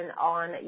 on